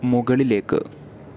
മുകളിലേക്ക്